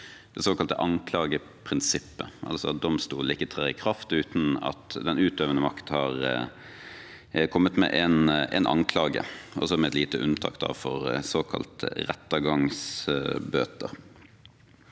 det såkalte anklageprinsippet – altså at domstolen ikke trer i kraft uten at den utøvende makt har kommet med en anklage, med et lite unntak for såkalte rettergangsbøter.